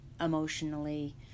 emotionally